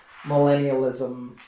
millennialism